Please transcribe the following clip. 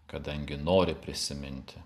kadangi nori prisiminti